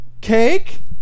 Cake